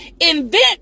invent